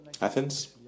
Athens